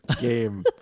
game